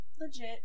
Legit